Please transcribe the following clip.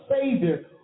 Savior